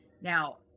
Now